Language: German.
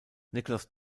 nicholas